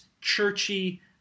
churchy